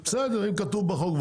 בסדר, אם בחוק כתוב ולחו"ף.